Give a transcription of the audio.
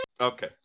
Okay